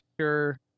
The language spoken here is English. sure